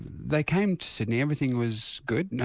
they came to sydney, everything was good.